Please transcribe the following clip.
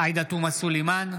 עאידה תומא סלימאן,